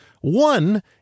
One